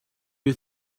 you